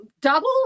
Double